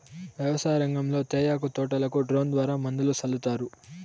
వ్యవసాయ రంగంలో తేయాకు తోటలకు డ్రోన్ ద్వారా మందులు సల్లుతారు